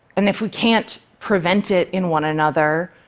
and if we can't prevent it in one another,